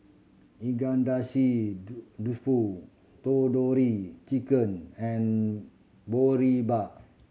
Dofu Tandoori Chicken and Boribap